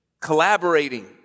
collaborating